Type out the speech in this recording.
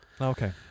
Okay